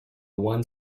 one